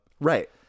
Right